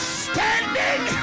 standing